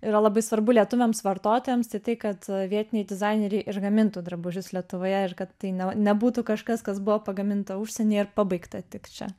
yra labai svarbu lietuviams vartotojams tai tai kad vietiniai dizaineriai ir gamintų drabužius lietuvoje ir kad tai ne nebūtų kažkas kas buvo pagaminta užsienyje ir pabaigta tik čia